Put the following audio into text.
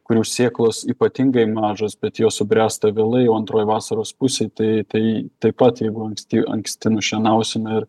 kurių sėklos ypatingai mažos bet jos subręsta vėlai jau antroj vasaros pusėj tai tai taip pat jeigu anksti anksti nušienausime